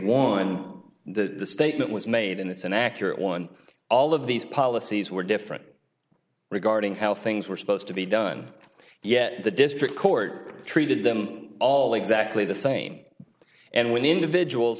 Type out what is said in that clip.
that the statement was made and it's an accurate one all of these policies were different regarding how things were supposed to be done yet the district court treated them all exactly the same and when individuals